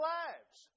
lives